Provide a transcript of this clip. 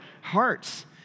hearts